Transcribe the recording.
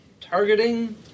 targeting